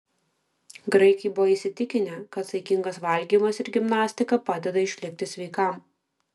graikai buvo įsitikinę kad saikingas valgymas ir gimnastika padeda išlikti sveikam